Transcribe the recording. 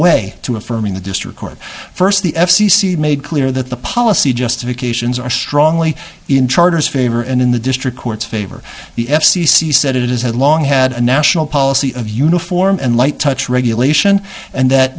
way to affirming the district court first the f c c made clear that the policy justifications are strongly in charters favor and in the district courts favor the f c c said it is has long had a national policy of uniform and light touch regulation and that